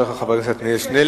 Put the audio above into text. תודה רבה לך, חבר הכנסת שנלר.